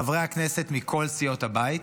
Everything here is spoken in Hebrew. חברי הכנסת מכל סיעות הבית,